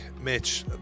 Mitch